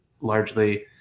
largely